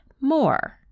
more